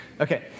Okay